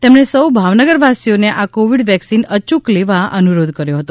તેમણે સૌ ભાવનગરવાસીઓને આ કોવિડ વેકસીન અયૂક લેવા અનુરોધ કર્યો હતો